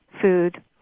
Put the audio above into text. food